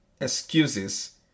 excuses